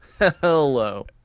Hello